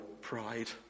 pride